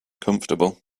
comfortable